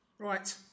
Right